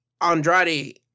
Andrade